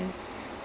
mm